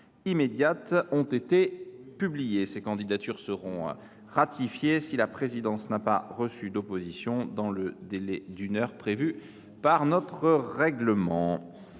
immédiate ont été publiées. Ces candidatures seront ratifiées si la présidence n’a pas reçu d’opposition dans le délai d’une heure prévu par notre règlement.